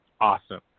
awesome